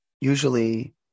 usually